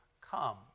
come